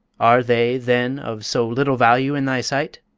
are they, then, of so little value in thy sight?